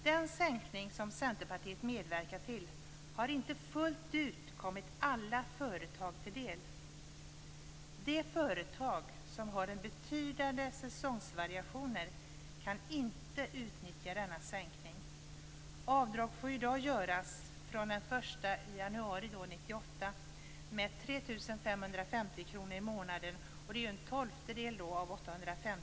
Den sänkning som Centerpartiet medverkat till har inte fullt ut kommit alla företag till del. De företag som har betydande säsongsvariationer kan inte utnyttja denna sänkning. Avdrag får i dag göras från den 1 januari 1998 med 3 550 kr i månaden.